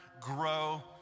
grow